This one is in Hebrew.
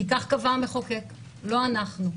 כי כך קבע המחוקק, לא אנחנו.